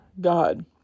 God